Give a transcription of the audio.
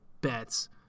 Bets